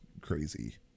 crazy